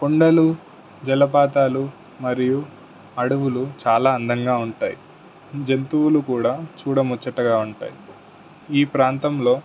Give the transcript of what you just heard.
కొండలు జలపాతాలు మరియు అడవులు చాలా అందంగా ఉంటాయి జంతువులు కూడా చూడ ముచ్చటగా ఉంటాయి ఈ ప్రాంతంలో